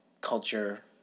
culture